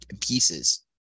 pieces